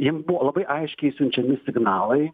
jiems buvo labai aiškiai siunčiami signalai